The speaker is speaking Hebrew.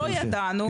לא ידענו.